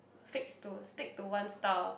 fix to stick to one style